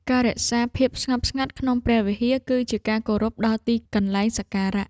ការរក្សាភាពស្ងប់ស្ងាត់ក្នុងព្រះវិហារ គឺជាការគោរពដល់ទីកន្លែងសក្ការៈ។